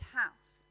house